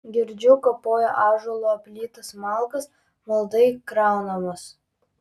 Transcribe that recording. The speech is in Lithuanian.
girdžiu kapoja ąžuolo aplytas malkas maldai kraunamas